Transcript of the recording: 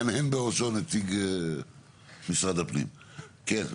נציג משרד הפנים מהנהן בראשו.